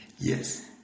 Yes